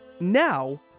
Now